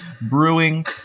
brewing